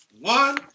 One